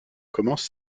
commence